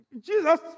Jesus